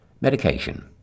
Medication